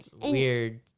Weird